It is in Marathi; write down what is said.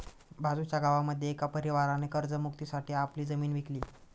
बाजूच्या गावामध्ये एका परिवाराने कर्ज मुक्ती साठी आपली जमीन विकली